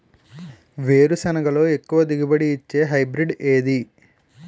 వేరుసెనగ లో ఎక్కువ దిగుబడి నీ ఇచ్చే హైబ్రిడ్ ఏది?